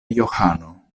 johano